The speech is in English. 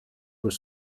were